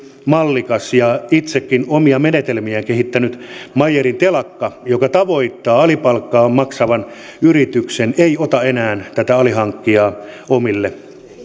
mallikas ja itsekin omia menetelmiään kehittänyt meyerin telakka tavoittaessaan alipalkkaa maksavan yrityksen ei ota enää tätä alihankkijaa omille